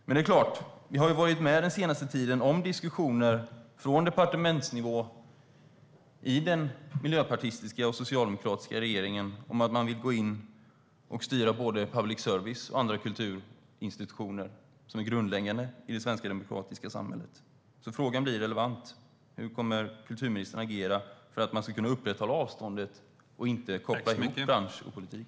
Men det är klart, vi har ju den senaste tiden varit med om diskussioner på departementsnivå i den miljöpartistiska och socialdemokratiska regeringen om att man vill gå in och styra både public service och andra kulturinstitutioner som är grundläggande i det svenska demokratiska samhället. Frågan blir relevant: Hur kommer kulturministern att agera för att kunna upprätthålla avståndet och inte koppla ihop bransch och politik?